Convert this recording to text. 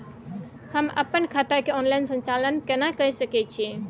हम अपन खाता के ऑनलाइन संचालन केना के सकै छी?